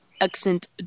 accent